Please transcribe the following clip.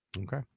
Okay